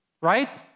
right